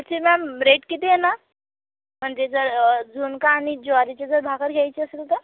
याचे ma'am rate किती येणार म्हणजे जर झुणका आणि ज्वारीची जर भाकर घ्यायची असेल तर